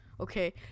okay